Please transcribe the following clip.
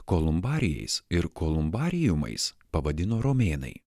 kolumbarijais ir kolumbariumais pavadino romėnai